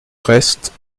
restes